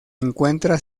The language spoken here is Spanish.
encuentra